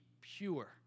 pure